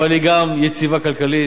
אבל היא גם יציבה כלכלית,